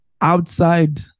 Outside